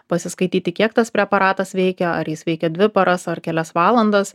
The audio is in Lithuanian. pasiskaityti kiek tas preparatas veikia ar jis veikia dvi paras ar kelias valandas